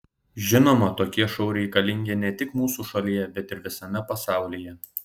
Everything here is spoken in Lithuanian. žinoma tokie šou reikalingi ne tik mūsų šalyje bet ir visame pasaulyje